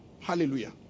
Hallelujah